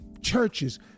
churches